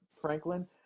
Franklin –